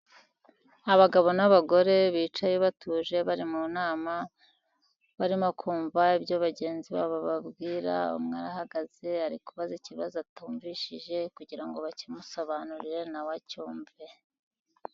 Abagabo n'abagore bicaye batuje bari mu nama barimo kumva ibyo bagenzi babo babwira, umwe ahagaze ari kubaba ikibazo atumvishije kugira ngo bakimusobanurire nawe acyumve.